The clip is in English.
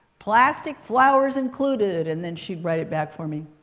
plastic flowers included. and then, she'd write it back for me.